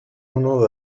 uno